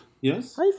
yes